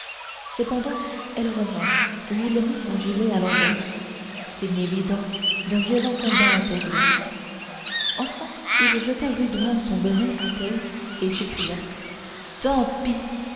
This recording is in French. cependant elle revint et il mit son gilet à l'envers signe évident d'un violent combat intérieur enfin il jeta rudement son bonnet à terre et s'écria tant pis